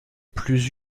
plus